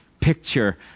picture